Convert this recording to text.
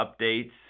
updates